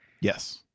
Yes